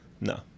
No